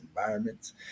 environments